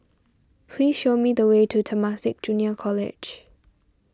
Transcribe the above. please show me the way to Temasek Junior College